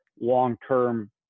long-term